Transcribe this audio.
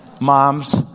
Moms